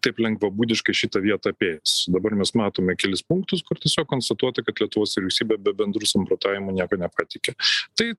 taip lengvabūdiškai šitą vietą apėjęs dabar mes matome kelis punktus kur tiesiog konstatuota kad lietuvos vyriausybė be bendrų samprotavimų nieko nepateikė tai